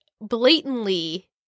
blatantly